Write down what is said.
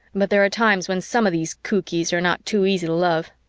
but there are times when some of these cookies are not too easy to love.